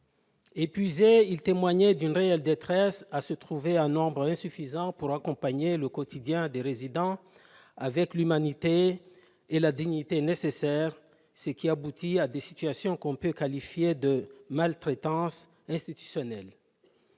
Épuisés, ils témoignaient d'une réelle détresse à se trouver en nombre insuffisant pour accompagner le quotidien des résidents avec l'humanité et la dignité nécessaires, ce qui aboutit à des situations que l'on peut qualifier de maltraitance institutionnelle.